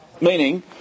meaning